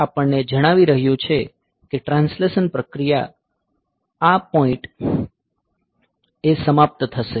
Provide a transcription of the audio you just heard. આ આપણને જણાવી રહ્યું છે કે ટ્રાન્સલેશન પ્રક્રિયા આ પોઈન્ટ એ સમાપ્ત થશે